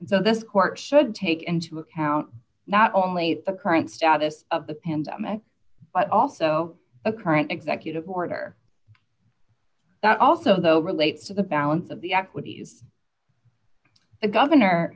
so this court should take into account not only the current status of the pandemic but also a current executive order that also though relates to the balance of the equities the governor